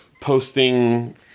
posting